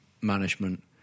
management